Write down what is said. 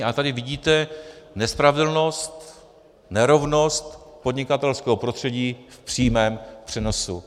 A tady vidíte nespravedlnost, nerovnost podnikatelského prostředí v přímém přenosu.